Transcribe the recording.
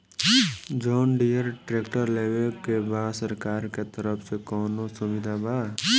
John Deere tractor लेवे के बा सरकार के तरफ से कौनो सुविधा बा?